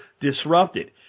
disrupted